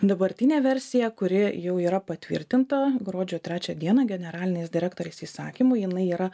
dabartinė versija kuri jau yra patvirtinta gruodžio trečią dieną generalinės direktorės įsakymu jinai yra